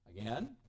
Again